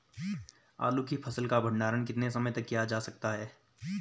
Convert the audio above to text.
आलू की फसल का भंडारण कितने समय तक किया जा सकता है?